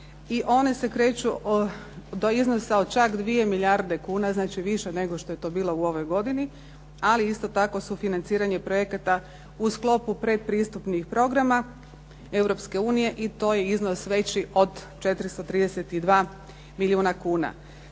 one se kreću do iznosa od čak 2 milijarde kuna. Znači, više nego što je to bilo u ovoj godini, ali isto tako sufinanciranje projekata u sklopu predpristupnih programa Europske unije i to je iznos veći od 432 milijuna kuna.